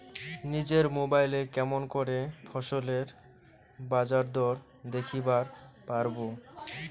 নিজের মোবাইলে কেমন করে ফসলের বাজারদর দেখিবার পারবো?